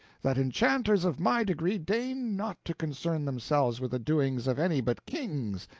that enchanters of my degree deign not to concern themselves with the doings of any but kings,